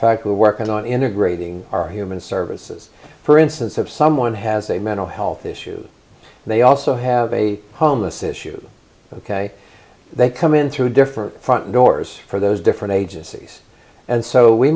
fact we are working on integrating our human services for instance if someone has a mental health issues they also have a homeless issue ok they come in through different front doors for those different agencies and so we